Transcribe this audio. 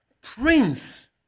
Prince